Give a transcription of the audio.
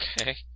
Okay